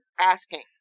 asking